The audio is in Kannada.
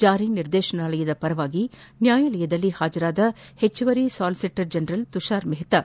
ಜಾರಿನಿರ್ದೇಶನಾಲಯದ ಪರವಾಗಿ ನ್ಯಾಯಾಲಯದಲ್ಲಿ ಹಾಜರಾದ ಹೆಚ್ಚುವರಿ ಸಾಲಿಸಿಟರ್ ಜನರಲ್ ತುಷಾರ್ ಮೆಹ್ತಾ